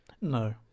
No